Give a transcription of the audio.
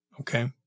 Okay